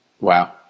Wow